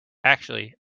actually